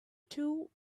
two